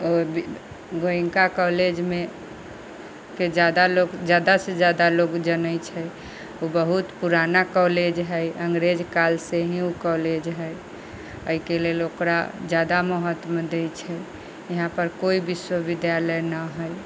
Goenka college मे के जादा लोग जादा से जादा लोग जने छै ओ बहुत पुराना कॉलेज है अंग्रेज काल से ही ओ कॉलेज है एहिके लेल ओकरा जादा महत्व दै छै यहाँ पर कोइ बिश्वबिद्यालय ना है